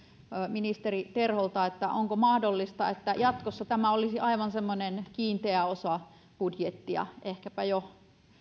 ministeri terholta onko mahdollista että jatkossa tämä olisi aivan semmoinen kiinteä osa budjettia ehkäpä jo